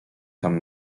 tam